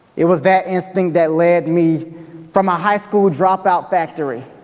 it was that instinct that led me from a high-school dropout factory